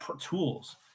tools